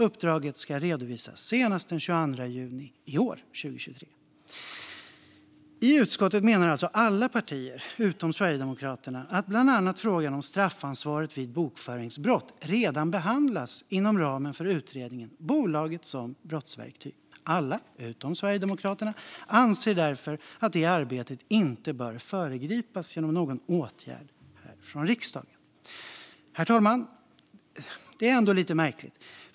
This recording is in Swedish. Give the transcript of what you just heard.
Uppdraget ska redovisas senast den 22 juni 2023. I utskottet menar alltså alla partier utom Sverigedemokraterna att bland annat frågan om straffansvaret vid bokföringsbrott redan behandlas inom ramen för Utredningen om bolaget som brottsverktyg. Alla utom Sverigedemokraterna anser därför att det arbetet inte bör föregripas genom någon åtgärd från riksdagen. Herr talman! Det är ändå lite märkligt.